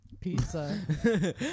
Pizza